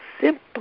simple